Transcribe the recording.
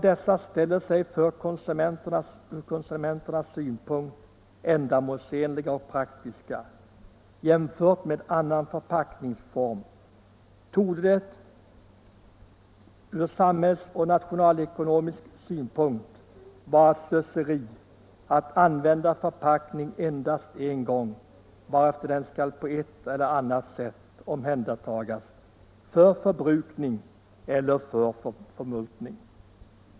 Även om dessa för konsumenterna ställer sig ändamålsenliga och praktiska jämfört med annan förpackningsform, torde det från samhällsoch nationalekonomisk synpunkt vara slöseri att använda en förpackning endast en gång, varefter den på ett eller annat sätt skall omhändertas för förstöring eller förmultning.